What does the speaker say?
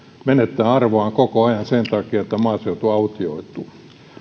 menettää arvoaan koko ajan sen takia että maaseutu autioituu